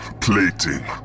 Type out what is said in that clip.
plating